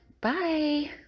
Bye